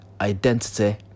identity